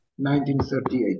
1938